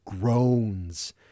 groans